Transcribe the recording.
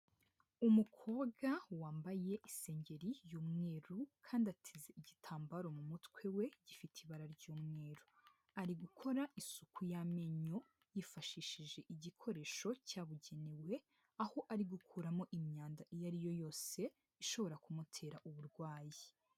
Umukobwa wambaye isengeri y'umweru kandi ateze igitambaro mu mutwe we gifite ibara ry'umweru ari gukora isuku y'amenyo yifashishije igikoresho cyabugenewe aho ari gukuramo imyanda iyo ari yo yose ishobora kumutera uburwayi.